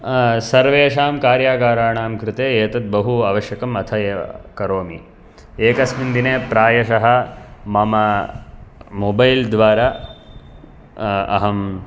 सर्वेषां कार्यकराणां कृते एतत् बहु आवश्यकम् अतः करोमि एकस्मिन् दिने प्रायशः मम मोबैल् द्वारा अहं